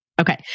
Okay